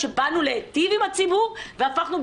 שאנחנו נמצאים בהליכי חקיקה פה בכנסת ישראל ואנחנו חשופים,